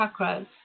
chakras